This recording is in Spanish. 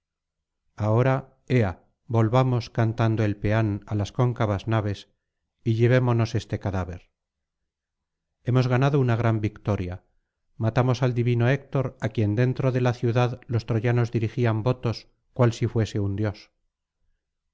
ahora ea volvamos cantando el pean á las cóncavas naves y llevémonos este cadáver hemos ganado una gran victoria matamos al divino héctor á quien dentro de la ciudad los troyanos dirigían votos cual si fuese un dios